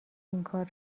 اینکار